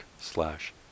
slash